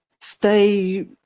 Stay